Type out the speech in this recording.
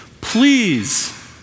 Please